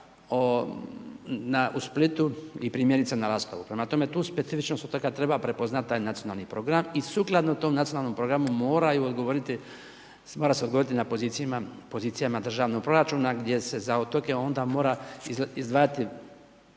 u Splitu i primjerice na Lastovu. Prema tome, tu specifičnost otoka treba prepoznati taj Nacionalni program i sukladno tom Nacionalnom programu moraju odgovoriti, mora se odgovoriti na pozicijama državnog proračuna gdje se za otoke onda mora izdvajati